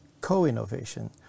co-innovation